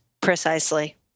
Precisely